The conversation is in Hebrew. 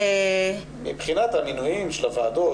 מבחינת מינויים של הוועדות,